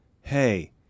hey